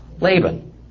Laban